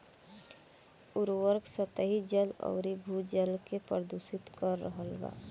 उर्वरक सतही जल अउरी भू जल के प्रदूषित कर रहल बा